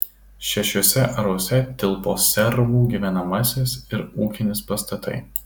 šešiuose aruose tilpo servų gyvenamasis ir ūkinis pastatai